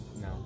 No